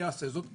יעשה זאת.